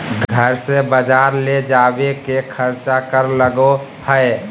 घर से बजार ले जावे के खर्चा कर लगो है?